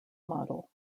model